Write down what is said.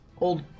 Old